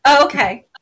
okay